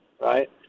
right